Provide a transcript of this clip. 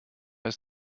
ist